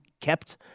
kept